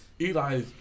Eli